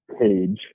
page